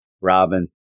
Robin